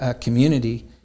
Community